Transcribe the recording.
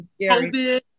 COVID